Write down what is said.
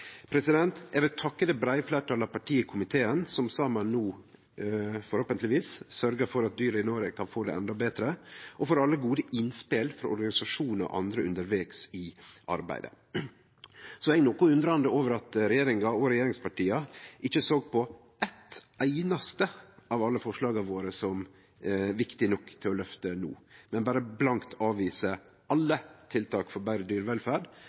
Eg vil takke det breie fleirtalet av parti i komiteen som saman no, forhåpentlegvis, sørgjer for at dyr i Noreg kan få det endå betre, og eg vil takke for alle gode innspel frå organisasjonar og andre undervegs i arbeidet. Så undrar eg meg noko over at regjeringa og regjeringspartia ikkje såg på eitt einaste av alle forslaga våre som viktig nok til å løfte no, men berre blankt avviser alle tiltak for betre dyrevelferd